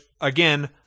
again